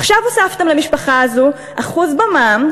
עכשיו הוספתם למשפחה הזאת 1% במע"מ,